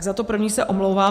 Za to první se omlouvám.